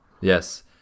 Yes